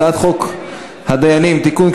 הצעת חוק הדיינים (תיקון,